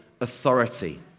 authority